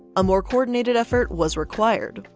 a more coordinated effort was required.